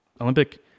olympic